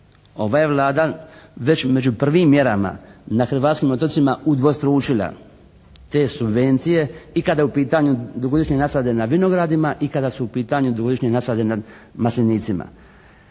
Ova je Vlada već među prvim mjerama na hrvatskim otocima udvostručila te subvencije i kada je u pitanju dugogodišnje nasade na vinogradima i kada su u pitanju dugogodišnji nasadi na maslinicima.